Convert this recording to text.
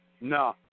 No